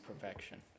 perfection